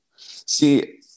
See